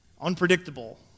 unpredictable